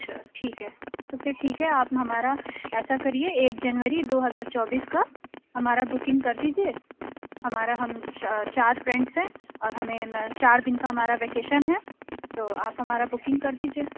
اچھا ٹھیک ہے تو پھر ٹھیک ہے آپ ہمارا ایسا کریے ایک جنوری دو ہزار چوبیس کا ہمارا بکنگ کر دیجیے ہمارا ہم چار چار فرینڈس ہیں اور ہمیں چار دِن کا ہمارا ویکیشن ہے تو آپ ہمارا بکنگ کر دیجیے